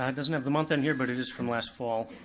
and doesn't have the month on here, but it is from last fall.